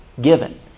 given